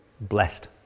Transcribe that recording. blessed